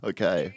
Okay